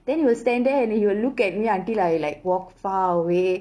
then he will stand there and he will look at me until I like walk far away